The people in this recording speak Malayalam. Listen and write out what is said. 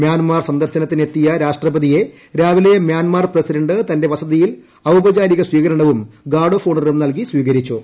മ്യാൻമർ സന്ദർശനത്തിന് എത്തിയ രാഷ്ട്രപതിയെ രാവിലെ മ്യാൻമർ പ്രസിഡന്റ് തന്റെ വസതിയിൽ ഔപചാരിക സ്വീകരണവും ഗാർഡ് ഓഫ് ഓണറും നൽകി സ്വീകരിച്ചു